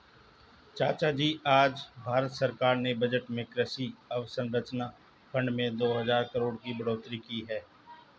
चाचाजी आज भारत सरकार ने बजट में कृषि अवसंरचना फंड में दो हजार करोड़ की बढ़ोतरी की है